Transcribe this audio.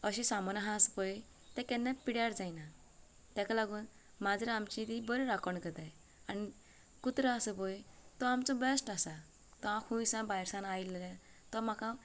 अशें सामान आसा पळय तें केन्ना पिड्यार जायना तेका लागून माजरां आमचीं तीं बरी राखण करताय आनी कुत्रो आसा पळय तो आमचो बेस्ट आसा तो हांव खूंयसान भायरसान आयलें तो म्हाका